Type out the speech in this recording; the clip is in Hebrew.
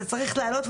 זה צריך לעלות,